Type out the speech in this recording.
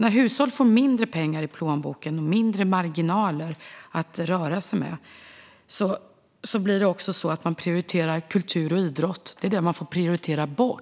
När hushåll får mindre marginaler och mindre pengar i plånboken att röra sig med är det kultur och idrott man får prioritera ned.